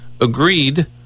agreed –